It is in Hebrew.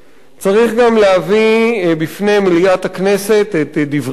צריך גם להביא בפני מליאת הכנסת את דבריהם,